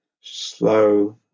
slow